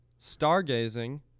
Stargazing